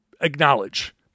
acknowledge